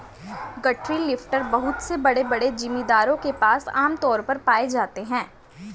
गठरी लिफ्टर बहुत से बड़े बड़े जमींदारों के पास आम तौर पर पाए जाते है